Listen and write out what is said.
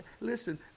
Listen